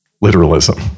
literalism